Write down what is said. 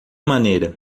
maneira